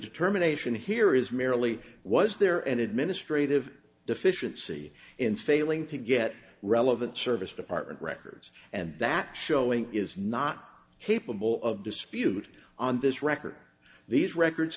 determination here is merely was there an administrative deficiency in failing to get relevant service department records and that showing is not capable of dispute on this record these records